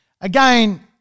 Again